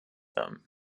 them